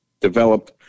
develop